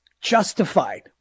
justified